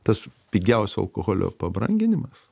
tas pigiausio alkoholio pabranginimas